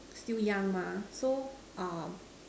still young mah so um